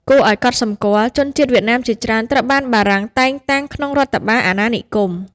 គួរឱ្យកត់សម្គាល់ ជនជាតិវៀតណាមជាច្រើនត្រូវបានបារាំងតែងតាំងក្នុងរដ្ឋបាលអាណានិគម។